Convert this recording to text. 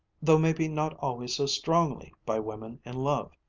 though maybe not always so strongly, by women in love.